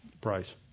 Price